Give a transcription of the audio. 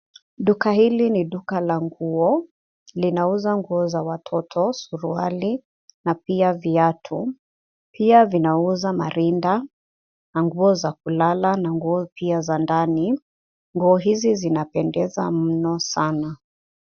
Duka hili ni duka la nguo. Linauza nguo za watoto suruali na pia viatu. Pia linauza marinda na nguo za kulala na nguo pia za ndani. Nguo hizi zinapendeza mno sana.